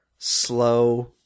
slow